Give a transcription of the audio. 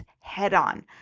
head-on